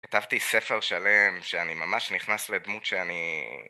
כתבתי ספר שלם שאני ממש נכנס לדמות שאני...